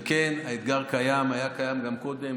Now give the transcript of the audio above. וכן, האתגר קיים, היה קיים גם קודם.